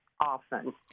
often